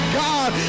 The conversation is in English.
god